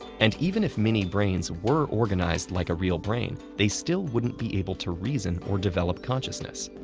and even if mini brains were organized like a real brain, they still wouldn't be able to reason or develop consciousness.